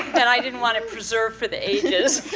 and i didn't want to preserve for the ages.